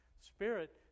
spirit